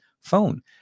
phone